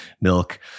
milk